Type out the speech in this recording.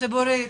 ציבורית,